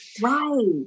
Right